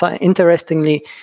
Interestingly